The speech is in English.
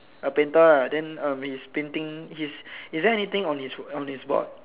a painter ah then uh his painting his is there anything on his on his board